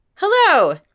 Hello